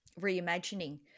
reimagining